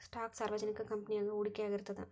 stock ಸಾರ್ವಜನಿಕ ಕಂಪನಿಯಾಗ ಹೂಡಿಕೆಯಾಗಿರ್ತದ